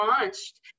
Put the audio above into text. launched